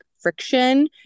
friction